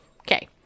Okay